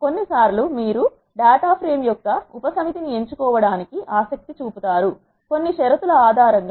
కొన్నిసార్లు మీరు data frame యొక్క ఉపసమితిని ఎంచుకోవడానికి ఆసక్తి చూపుతారు కొన్ని షరతు లు ఆధారంగా